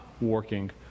working